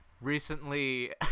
recently